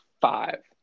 five